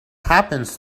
happens